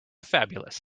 fabulous